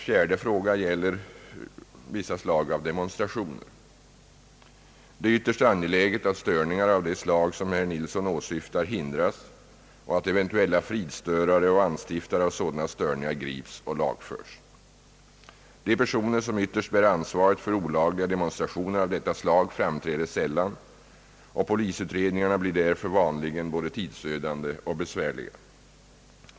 4. Demonstrationerna. Det är ytterst angeläget att störningar av det slag som herr Nilsson åsyftar hindras och att eventuella fridstörare och anstiftare av sådana störningar grips och lagförs. De personer som ytterst bär ansvaret för olagliga demonstrationer av detta slag framträder sällan, och polisutredningarna blir därför vanligen både tidsödande och besvärliga.